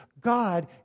God